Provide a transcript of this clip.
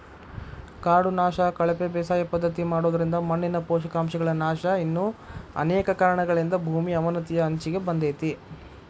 ಕಾಡು ನಾಶ, ಕಳಪೆ ಬೇಸಾಯ ಪದ್ಧತಿ ಮಾಡೋದ್ರಿಂದ ಮಣ್ಣಿನ ಪೋಷಕಾಂಶಗಳ ನಾಶ ಇನ್ನು ಅನೇಕ ಕಾರಣಗಳಿಂದ ಭೂಮಿ ಅವನತಿಯ ಅಂಚಿಗೆ ಬಂದೇತಿ